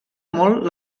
molt